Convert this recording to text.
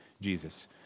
Jesus